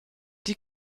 die